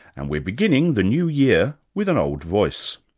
and we're beginning the new year with an old voice.